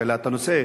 שהעלה את הנושא.